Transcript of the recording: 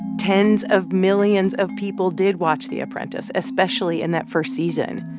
tens of millions of people did watch the apprentice, especially in that first season.